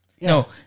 No